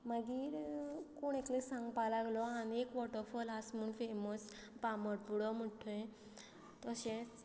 मागीर कोण एकले सांगपा लागलो आनी एक वॉटरफॉल आस म्हण फेमस बामणपुडो म्हण थंय तशेंच